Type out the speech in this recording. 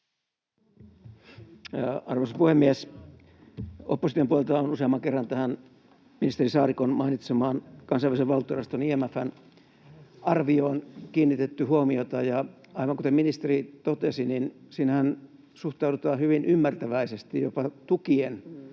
Arvoisa puhemies! Opposition puolelta on useamman kerran tähän ministeri Saarikon mainitsemaan Kansainvälisen valuuttarahasto IMF:n arvioon kiinnitetty huomiota, ja aivan kuten ministeri totesi, niin siinähän suhtaudutaan hyvin ymmärtäväisesti, jopa tukien